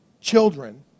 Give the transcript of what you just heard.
children